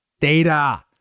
Data